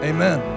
Amen